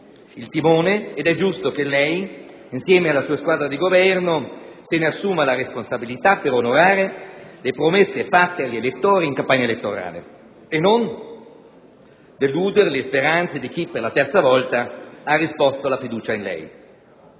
il timone ed è giusto che lei, insieme alla sua squadra di Governo, se ne assuma la responsabilità per onorare le promesse fatte agli elettori in campagna elettorale e non deludere le speranze di chi, per la terza volta, ha riposto la fiducia in lei.